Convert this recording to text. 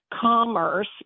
commerce